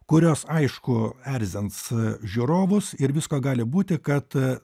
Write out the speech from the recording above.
kurios aišku erzins žiūrovus ir visko gali būti kad